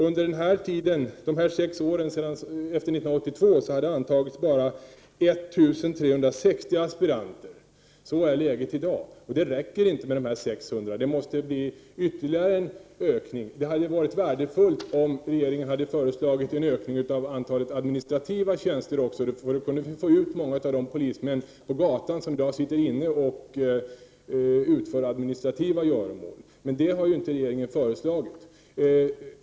Under de sex åren efter 1982 har det antagits bara 1 360 aspiranter. Så är läget. Nu räcker det inte med de 600 som regeringen föreslagit — det måste bli en ytterligare ökning. Det hade därför varit värdefullt om regeringen också föreslagit en ökning av antalet administrativa tjänster, för då kunde vi direkt få ut många av de polismän på gatan som i dag sitter inomhus och utför administrativa göromål. Men det har regeringen inte föreslagit.